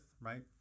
right